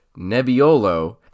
Nebbiolo